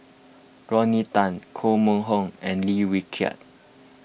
Rodney Tan Koh Mun Hong and Lim Wee Kiak